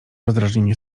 rozdrażnienie